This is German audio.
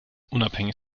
unabhängig